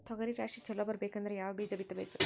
ತೊಗರಿ ರಾಶಿ ಚಲೋ ಬರಬೇಕಂದ್ರ ಯಾವ ಬೀಜ ಬಿತ್ತಬೇಕು?